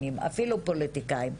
אפילו פוליטיקאים.